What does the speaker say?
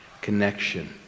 connection